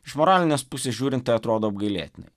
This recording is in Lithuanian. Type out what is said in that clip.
iš moralinės pusės žiūrint tai atrodo apgailėtinai